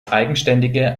eigenständige